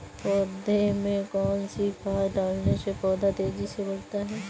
पौधे में कौन सी खाद डालने से पौधा तेजी से बढ़ता है?